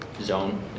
Zone